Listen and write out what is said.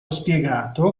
spiegato